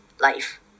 life